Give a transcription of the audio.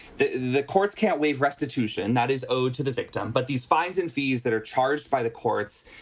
the the courts can't waive restitution that is owed to the victim, but these fines and fees that are charged by the courts,